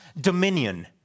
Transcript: dominion